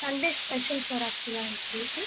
Sunday special sir ஆக்சுவலாக இன்னக்கு இருக்கு